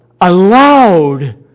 allowed